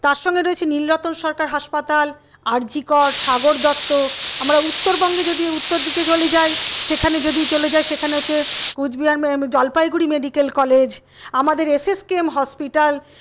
তার সঙ্গে রয়েছে নীলরতন সরকার হাসপাতাল আরজি কর সাগর দত্ত আমরা উত্তরবঙ্গে যদি উত্তর দিকে চলে যাই সেখানে যদি চলে যাই সেখানে হচ্ছে কুচবিহার জলপাইগুড়ি মেডিকেল কলেজ আমাদের এসএসকেএম হসপিটাল